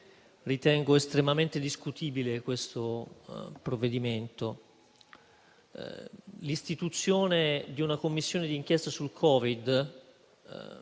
ritengo estremamente discutibile questo provvedimento. L'istituzione di una Commissione d'inchiesta sul Covid-19